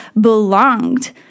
belonged